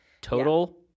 Total